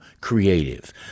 creative